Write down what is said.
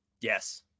yes